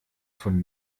von